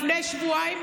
לפני שבועיים,